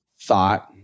thought